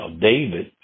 David